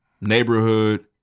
Neighborhood